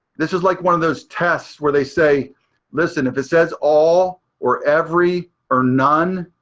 this is like one of those tests where they say listen, if it says all or every, or none,